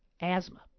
asthma